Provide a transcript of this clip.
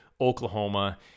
Oklahoma